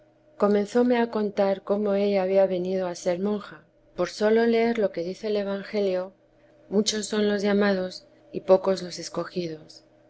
comenzóme a contar cómo ella había venido a ser monja teresa d por sólo leer lo que dice el evangelio muchos son los llamados y pocos los escogidos